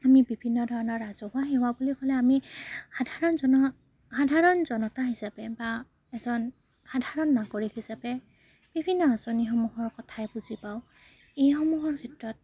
আমি বিভিন্ন ধৰণৰ ৰাজহুৱা সেৱা বুলি ক'লে আমি সাধাৰণ জন সাধাৰণ জনতা হিচাপে বা এজন সাধাৰণ নাগৰিক হিচাপে বিভিন্ন আঁচনিসমূহৰ কথাই বুজি পাওঁ এইসমূহৰ ক্ষেত্ৰত